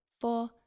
four